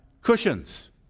cushions